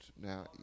now